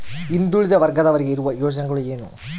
ಹಿಂದುಳಿದ ವರ್ಗದವರಿಗೆ ಇರುವ ಯೋಜನೆಗಳು ಏನು?